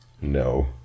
No